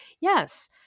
Yes